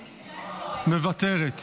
מוותרת.